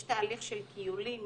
יש תהליך של כיולים,